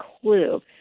clue